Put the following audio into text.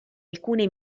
alcune